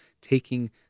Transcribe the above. taking